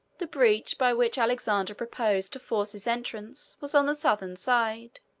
the breach by which alexander proposed to force his entrance was on the southern side.